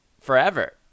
forever